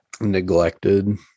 Neglected